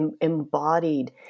embodied